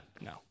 No